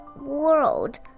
world